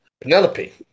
Penelope